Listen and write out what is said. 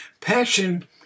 Passion